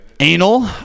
Anal